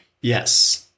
Yes